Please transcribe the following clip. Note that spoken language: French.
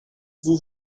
vous